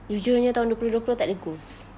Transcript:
jujurnya tahun dua puluh dua puluh tak ada goals